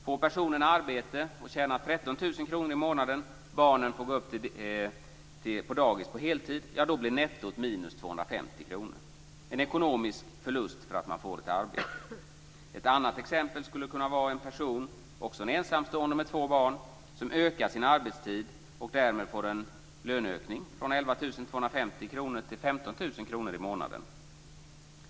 Om personen får arbete och tjänar 13 000 kr i månaden och barnen går på dagis på heltid, blir nettot minus 250 kr. Det är en ekonomisk förlust att få ett arbete. Ett annat exempel kan vara en ensamstående med två barn som ökar sin arbetstid och därmed sin lön från 11 250 kr till 15 000 kr i månaden.